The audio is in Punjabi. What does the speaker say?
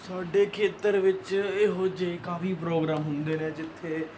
ਸਾਡੇ ਖੇਤਰ ਵਿੱਚ ਇਹੋ ਜਿਹੇ ਕਾਫ਼ੀ ਪ੍ਰੋਗਰਾਮ ਹੁੰਦੇ ਨੇ ਜਿੱਥੇ